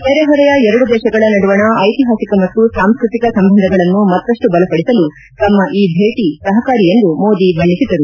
ನೆರೆಹೊರೆಯ ಎರಡು ದೇಶಗಳ ನಡುವಣ ಐತಿಹಾಸಿಕ ಮತ್ತು ಸಾಂಸ್ಕತಿಕ ಸಂಬಂಧಗಳನ್ನು ಮತ್ತಷ್ನು ಬಲಪಡಿಸಲು ತಮ್ಮ ಈ ಭೇಟಿ ಸಹಕಾರಿ ಎಂದು ಮೋದಿ ಬಣ್ಣಿಸಿದರು